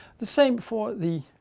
the same for the